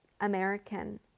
American